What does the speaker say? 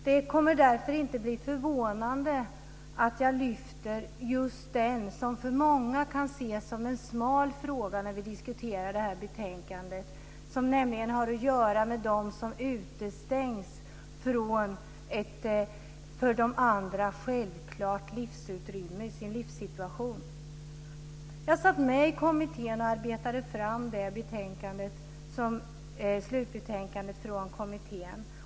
Det är därför inte förvånande att jag lyfter fram just den fråga som för många kan ses som en smal fråga när vi diskuterar detta betänkande. Det är den fråga som handlar om dem som utestängs från ett för andra självklart livsutrymme i sin livssituation. Jag satt med i kommittén och arbetade fram slutbetänkandet från kommittén.